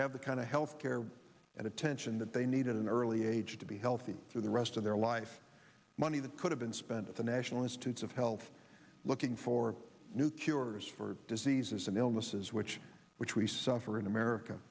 have the kind of health care and attention that they need at an early age to be healthy for the rest of their life money that could have been spent at the national institutes of health looking for new cures for diseases and illnesses which which we suffer in america